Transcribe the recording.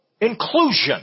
inclusion